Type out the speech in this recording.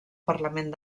parlament